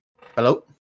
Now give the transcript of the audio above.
hello